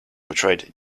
portrayed